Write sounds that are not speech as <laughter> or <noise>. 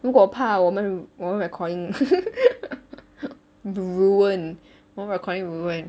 如果怕我们我们 recording <laughs> ruined 我们 recording ruined